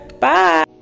bye